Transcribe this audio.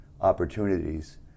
opportunities